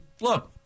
look